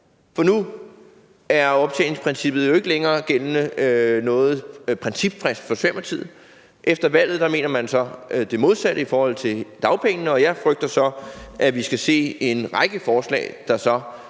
for nu gælder optjeningsprincippet jo ikke længere som noget principfast for Socialdemokratiet. Efter valget mener man det modsatte i forhold til dagpengene, og jeg frygter så, at vi skal se en række forslag, der